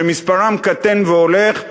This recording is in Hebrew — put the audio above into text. שמספרם קטן והולך,